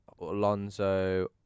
Alonso